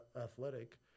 athletic